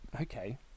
Okay